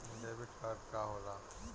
Debit card का होला?